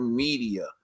media